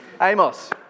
Amos